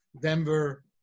Denver